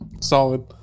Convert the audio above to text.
Solid